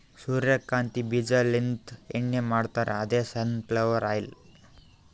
ಸೂರ್ಯಕಾಂತಿ ಬೀಜಾಲಿಂತ್ ಎಣ್ಣಿ ಮಾಡ್ತಾರ್ ಅದೇ ಸನ್ ಫ್ಲವರ್ ಆಯಿಲ್